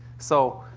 so,